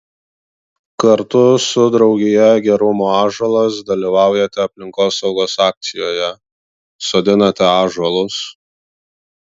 kartu su draugija gerumo ąžuolas dalyvaujate aplinkosaugos akcijoje sodinate ąžuolus